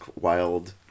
wild